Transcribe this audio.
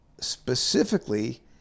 specifically